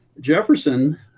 Jefferson